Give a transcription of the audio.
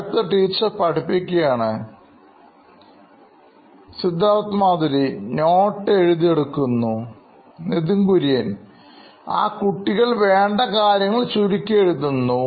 അടുത്തത്ടീച്ചർ പഠിപ്പിക്കുകയാണ് Siddharth Maturi CEO Knoin Electronics note എഴുതി എടുക്കുന്നു Nithin Kurian COO Knoin Electronics ആ കുട്ടികൾവേണ്ട കാര്യങ്ങൾ ചുരുക്കി എഴുതുന്നു